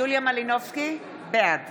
יוליה מלינובסקי, בעד